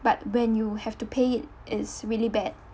but when you have to pay its really bad